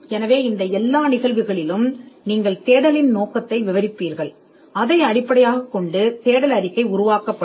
எனவே இந்த எல்லா நிகழ்வுகளிலும் தேடல் அறிக்கை உருவாக்கப்படும் தேடலின் நோக்கத்தை நீங்கள் விவரிக்கிறீர்கள்